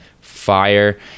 fire